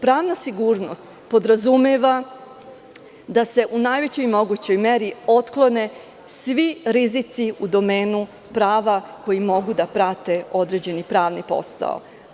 Pravna sigurnost podrazumeva da se u najvećoj mogućoj meri otklone ti rizici u domenu prava koji mogu da prate određeni pravni posao.